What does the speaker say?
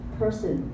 person